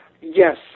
yes